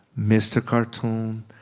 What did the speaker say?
mr. cartoon,